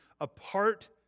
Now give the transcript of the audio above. apart